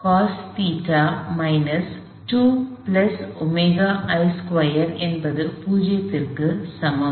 cos theta minus 2 plus omega i2 என்பது 0க்கு சமம்